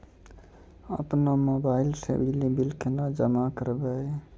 अपनो मोबाइल से बिजली बिल केना जमा करभै?